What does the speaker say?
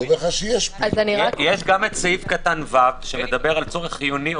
יש גם סעיף קטן (ו) שמדבר על צורך חיוני.